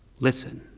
listen,